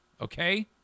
Okay